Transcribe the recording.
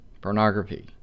pornography